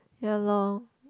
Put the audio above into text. ya lor